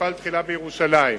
ותפעל תחילה בירושלים.